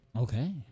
okay